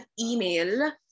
email